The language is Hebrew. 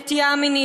נטייה מינית,